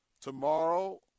Tomorrow